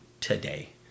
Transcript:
today